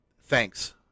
thanks